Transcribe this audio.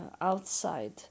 outside